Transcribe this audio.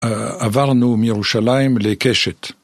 עברנו מירושלים לקשת.